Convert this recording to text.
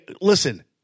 Listen